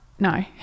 no